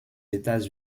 états